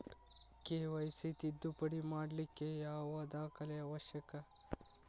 KYC ತಿದ್ದುಪಡಿ ಮಾಡ್ಲಿಕ್ಕೆ ಯಾವ ದಾಖಲೆ ಅವಶ್ಯಕ?